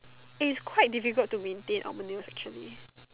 eh is quite difficult to maintain our nails actually